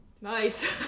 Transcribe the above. Nice